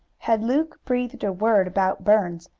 had luke breathed a word about burns,